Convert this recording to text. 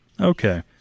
Okay